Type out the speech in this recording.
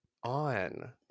On